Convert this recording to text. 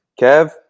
Kev